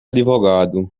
advogado